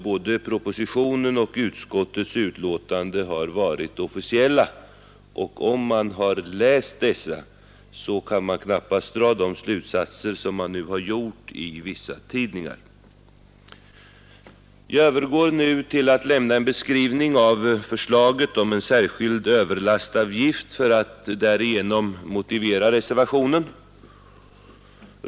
Både propositionen och utskottets betänkande har varit offentliga, och den som läst dessa kan knappast dra de slutsatser som skribenter i vissa tidningar har gjort. Jag övergår nu till att lämna en beskrivning av förslaget om en särskild överlastavgift för att därigenom motivera reservationen.